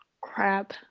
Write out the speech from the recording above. crap